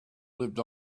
lived